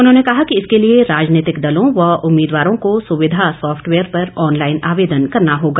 उन्होंने कहा कि इसके लिए राजनीतिक दलों व उम्मीदवारों को सुविधा सॉफ्टवेयर पर ऑनलाईन आवेदन करना होगा